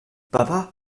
papa